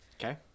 Okay